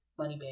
Moneybag